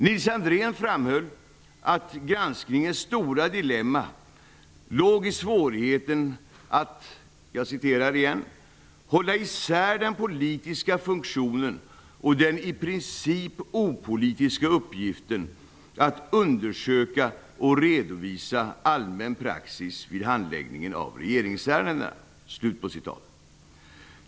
Nils Andrén framhöll att granskningens stora dilemma låg i svårigheten att ''hålla isär den politiska funktionen och den i princip opolitiska uppgiften att undersöka och redovisa allmän praxis vid handläggningen av regeringsärendena''.